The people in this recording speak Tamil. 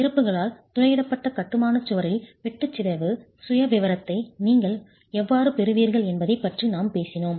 திறப்புகளால் துளையிடப்பட்ட கட்டுமான சுவரில் வெட்டு சிதைவு சுயவிவரத்தை நீங்கள் எவ்வாறு பெறுவீர்கள் என்பதைப் பற்றி நாம் பேசினோம்